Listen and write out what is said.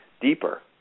deeper